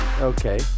Okay